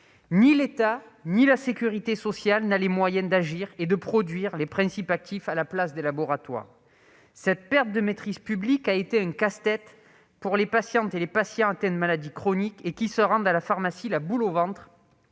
Ni l'État ni la sécurité sociale n'ont les moyens d'agir et de produire les principes actifs à la place des laboratoires. Cette perte de maîtrise publique a tourné au casse-tête pour les patientes et les patients atteints de maladies chroniques, qui se rendent à la pharmacie la boule au ventre